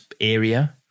area